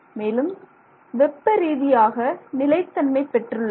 மேலும் வெப்ப ரீதியாக நிலைத்தன்மை பெற்று உள்ளன